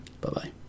Bye-bye